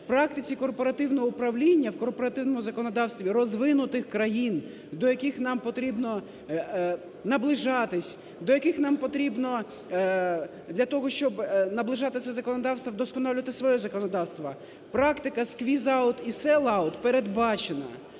В практиці корпоративного управління, в корпоративному законодавстві розвинутих країн, до яких нам потрібно наближатись, до яких нам потрібно для того, щоб наближати це законодавство, вдосконалювати своє законодавство, практика "сквіз-аут" і "селл-аут" передбачена.